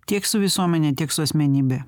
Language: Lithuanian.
tiek su visuomene tiek su asmenybe